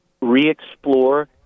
re-explore